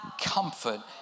comfort